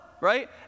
right